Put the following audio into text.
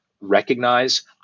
recognize